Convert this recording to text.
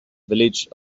village